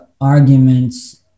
arguments